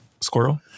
squirrel